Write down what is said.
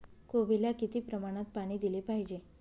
कोबीला किती प्रमाणात पाणी दिले पाहिजे?